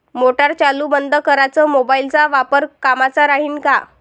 Motor चालू बंद कराच मोबाईलचा वापर कामाचा राहीन का?